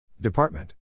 Department